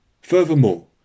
Furthermore